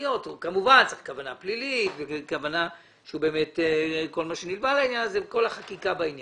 כמובן צריך כוונה פלילית וכל מה שנלווה לעניין הזה וכל החקיקה בעניין.